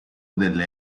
delle